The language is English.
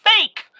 fake